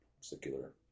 secular